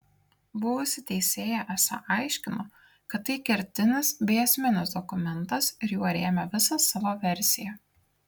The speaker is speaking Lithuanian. buvusi teisėja esą aiškino kad tai kertinis bei esminis dokumentas ir juo rėmė visą savo versiją